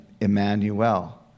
Emmanuel